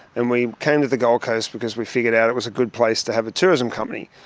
and we came to the gold coast because we figured out it was a good place to have a tourism company.